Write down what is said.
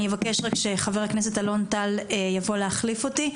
אני אבקש רק שחבר הכנסת אלון טל יבוא להחליף אותי,